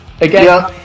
Again